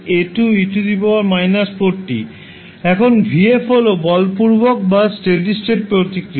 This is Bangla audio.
এখন v f হল বলপূর্বক বা স্টেডি স্টেট প্রতিক্রিয়া